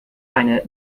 eine